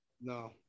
No